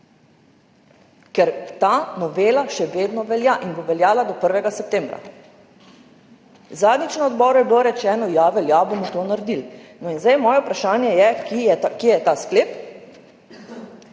Ker ta novela še vedno velja in bo veljala do 1. septembra. Zadnjič je bilo na odboru rečeno, ja, velja, bomo to naredili, no in zdaj je moje vprašanje, kje je ta sklep.